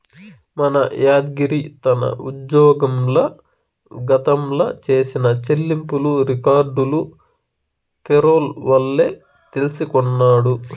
మన యాద్గిరి తన ఉజ్జోగంల గతంల చేసిన చెల్లింపులు రికార్డులు పేరోల్ వల్లే తెల్సికొన్నాడు